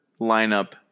lineup